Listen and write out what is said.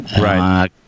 Right